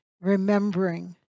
remembering